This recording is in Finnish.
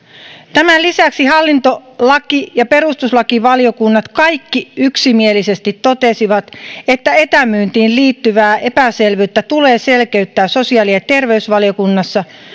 tämän lisäksi hallintolaki ja perustuslakivaliokunnat kaikki yksimielisesti totesivat että etämyyntiin liittyvää epäselvyyttä tulee selkeyttää sosiaali ja terveysvaliokunnassa